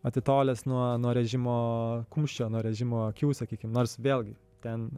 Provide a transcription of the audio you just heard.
atitolęs nuo nuo režimo kumščio nuo režimo akių sakykim nors vėlgi ten